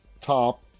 top